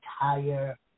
entire